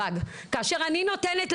אני באה מעשייה.